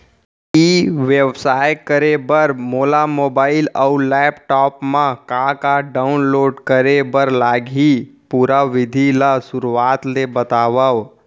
ई व्यवसाय करे बर मोला मोबाइल अऊ लैपटॉप मा का का डाऊनलोड करे बर लागही, पुरा विधि ला शुरुआत ले बतावव?